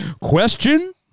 question